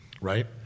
right